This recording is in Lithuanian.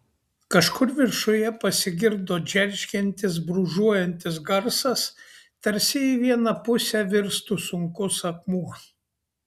kažkur viršuje pasigirdo džeržgiantis brūžuojantis garsas tarsi į vieną pusę virstų sunkus akmuo